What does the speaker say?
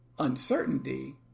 uncertainty